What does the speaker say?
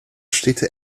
städte